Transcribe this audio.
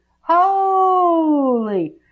holy